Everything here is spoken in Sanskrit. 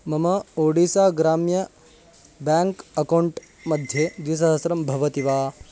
मम ओडिसा ग्राम्य बेङ्क् अकौण्ट् मध्ये द्विसहस्रं भवति वा